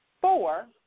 Four